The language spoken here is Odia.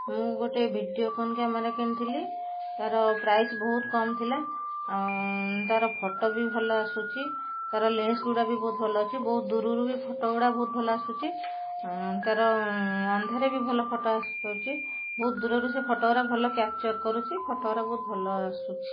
ମୁଁ ଗୋଟିଏ ଭିଡ଼ିଓକନ୍ କ୍ୟାମେରା କିଣିଥିଲି ତାର ପ୍ରାଇସ୍ ବହୁତ କମ୍ ଥିଲା ତାର ଫଟୋ ବି ଭଲ ଆସୁଛି ତାର ଲେନ୍ସ ଗୁଡ଼ାକ ବି ଭଲ ଅଛି ବହୁତ ଦୂରରୁ ବି ଫଟୋ ଗୁଡ଼ାକ ବହୁତ ଭଲ ଆସୁଛି ତାର ଅନ୍ଧାରରେ ବି ଭଲ ଫଟୋ ଆସିପାରୁଛି ବହୁତ ଦୂରରୁ ସେ ଫଟୋ ଗୁଡ଼ାକ ଭଲ କ୍ୟାପଚର କରୁଛି ଫଟୋ ଗୁଡ଼ାକ ବହୁତ ଭଲ ଆସୁଛି